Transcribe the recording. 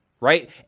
Right